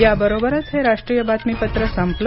याबरोबरच हे राष्ट्रीय बातमीपत्र संपलं